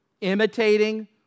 imitating